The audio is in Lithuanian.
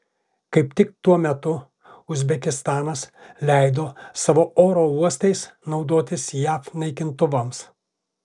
kaip tik tuo metu uzbekistanas leido savo oro uostais naudotis jav naikintuvams